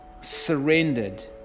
surrendered